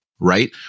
right